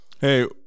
Hey